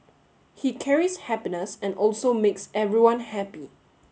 he carries happiness and also makes everyone happy